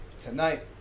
tonight